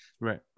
Right